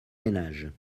ménages